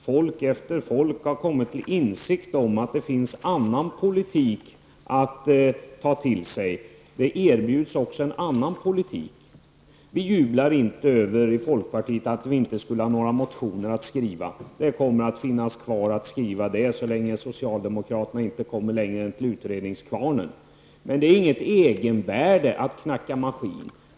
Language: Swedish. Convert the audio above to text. Folk efter folk har kommit till insikt om att det finns en annan politik att ta till sig, att det erbjuds också en annan politik. Vi i folkpartiet jublar inte över att vi inte skulle ha några motioner att skriva. Det kommer att finnas kvar krav att ta upp motionsvägen så länge socialdemokraterna inte har kommit längre än till utredningskvarnen. Men det har inget egenvärde att knacka maskin.